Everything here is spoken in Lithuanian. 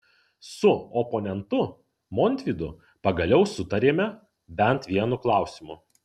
su oponentu montvydu pagaliau sutarėme bent vienu klausimu